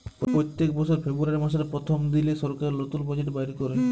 প্যত্তেক বসর ফেব্রুয়ারি মাসের পথ্থম দিলে সরকার লতুল বাজেট বাইর ক্যরে